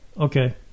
Okay